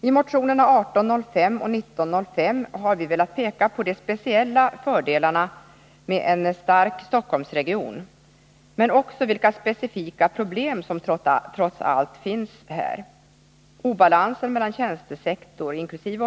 I motionerna 1805 och 1905 har vi velat peka på de speciella fördelarna med en stark Stockholmsregion men också på vilka specifika problem som trots allt ändå finns här — obalansen mellan tjänstesektor inkl.